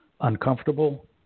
uncomfortable